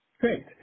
Great